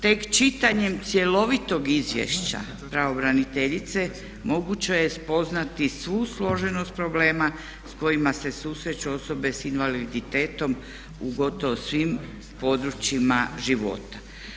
Tek čitanjem cjelovitog izvješća pravobraniteljice moguće je spoznati svu složenost problema s kojima se susreću osobe sa invaliditetom u gotovo svim područjima života.